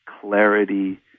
clarity